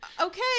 okay